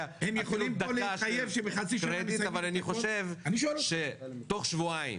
אפילו דקה של קרדיט אבל אני חושב שתוך שבועיים